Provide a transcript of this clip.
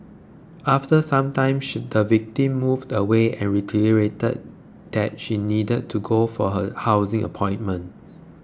after some time should the victim moved away and reiterated that she needed to go for her housing appointment